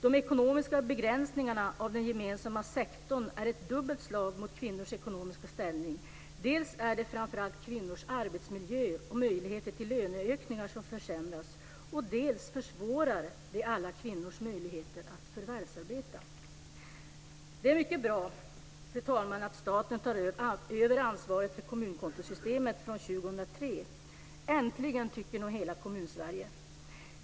De ekonomiska begränsningarna av den gemensamma sektorn är ett dubbelt slag mot kvinnors ekonomiska ställning. Dels är det framför allt kvinnors arbetsmiljö och möjligheter till löneökningar som försämras. Dels försvåras alla kvinnors möjligheter att förvärvsarbeta. Fru talman! Det är mycket bra att staten tar över ansvaret för kommunkontosystemet år 2003. Äntligen! tycker nog hela Kommunsverige.